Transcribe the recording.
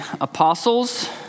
apostles